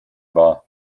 war